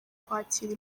kwakira